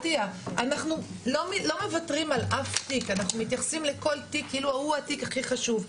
אנחנו לא מוותרים על אף תיק ומתייחסים לכל תיק כאילו הוא התיק הכי חשוב.